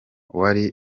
wari